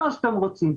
מה שאתם רוצים.